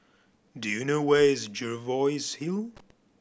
do you know where is Jervois Hill